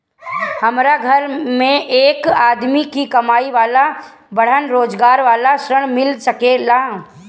हमरा घर में एक आदमी ही कमाए वाला बाड़न रोजगार वाला ऋण मिल सके ला?